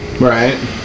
Right